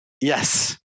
Yes